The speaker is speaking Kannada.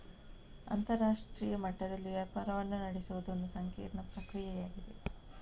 ಅಂತರರಾಷ್ಟ್ರೀಯ ಮಟ್ಟದಲ್ಲಿ ವ್ಯಾಪಾರವನ್ನು ನಡೆಸುವುದು ಒಂದು ಸಂಕೀರ್ಣ ಪ್ರಕ್ರಿಯೆಯಾಗಿದೆ